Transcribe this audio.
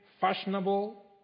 Fashionable